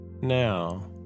Now